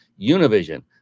Univision